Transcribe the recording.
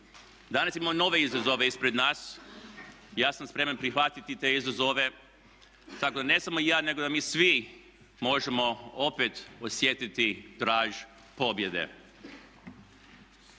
Danas imamo nove izazove ispred nas i ja sam spreman prihvatiti te izazove, tako da ne samo ja nego da mi svi možemo opet osjetiti draž pobjede.